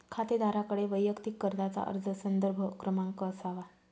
खातेदाराकडे वैयक्तिक कर्जाचा अर्ज संदर्भ क्रमांक असावा